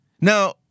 Now